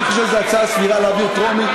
אני חושב שזו הצעה סבירה, להעביר בטרומית.